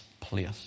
place